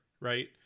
right